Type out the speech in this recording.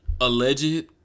alleged